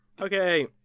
Okay